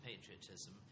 patriotism